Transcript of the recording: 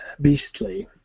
beastly